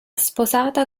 sposata